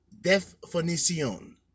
definition